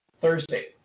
Thursday